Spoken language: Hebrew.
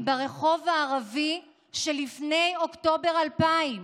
לממדים ברחוב הערבי שלפני אוקטובר 2000,